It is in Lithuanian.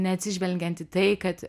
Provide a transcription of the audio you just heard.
neatsižvelgiant į tai kad